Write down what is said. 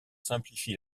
simplifie